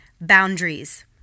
boundaries